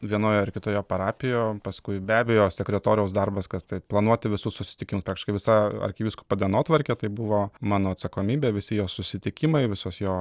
vienoj ar kitoje parapijų paskui be abejo sekretoriaus darbas kas tai planuoti visus susitikim praktiškai visa arkivyskupo dienotvarkė tai buvo mano atsakomybė visi jo susitikimai visos jo